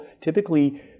typically